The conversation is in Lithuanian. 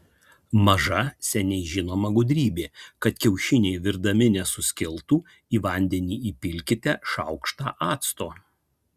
maža seniai žinoma gudrybė kad kiaušiniai virdami nesuskiltų į vandenį įpilkite šaukštą acto